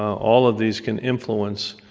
all of these can influence